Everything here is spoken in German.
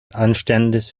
anstandes